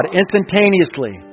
instantaneously